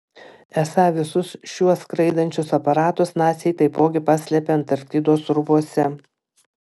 esą visus šiuos skraidančius aparatus naciai taipogi paslėpė antarktidos urvuose